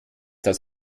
das